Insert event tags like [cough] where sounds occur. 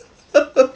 [laughs]